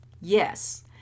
yes